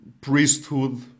priesthood